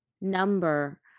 number